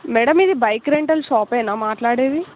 madam ఇది bike rental షాపేనా మాట్లాడేది